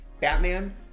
Batman